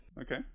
Okay